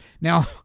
Now